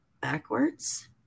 backwards